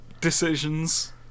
decisions